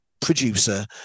producer